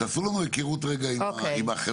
תעשו לנו הכרות רגע עם החברה.